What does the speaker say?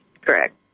Correct